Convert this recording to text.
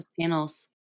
panels